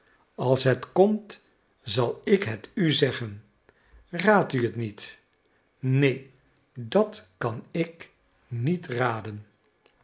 als het komt zal ik het u zeggen raad u het niet neen dat kan ik niet raden